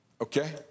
Okay